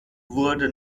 wurde